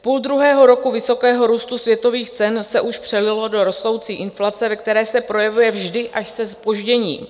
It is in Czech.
Půldruhého roku vysokého růstu světových cen se už přelilo do rostoucí inflace, ve které se projevuje vždy až se zpožděním.